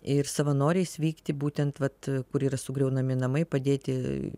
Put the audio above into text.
ir savanoriais vykti būtent vat kur yra sugriaunami namai padėti